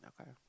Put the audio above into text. Okay